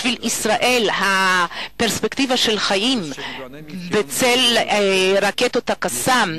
בשביל ישראל הפרספקטיבה של חיים בצל רקטות ה"קסאם"